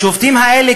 השובתים האלה,